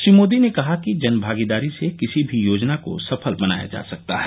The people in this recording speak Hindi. श्री मोदी ने कहा कि जनभागीदारी से किसी भी योजना को सफल बनाया जा सकता है